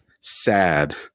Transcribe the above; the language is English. sad